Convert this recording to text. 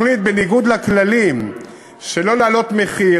ולכן להחליט בניגוד לכללים שלא להעלות מחיר,